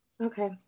Okay